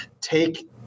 take